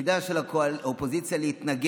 תפקידה של האופוזיציה הוא להתנגד.